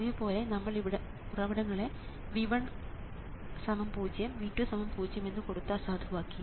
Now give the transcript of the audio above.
പതിവുപോലെ നമ്മൾ ഉറവിടങ്ങളെ V1 0 V2 0 എന്ന് കൊടുത്ത് അസാധുവാക്കി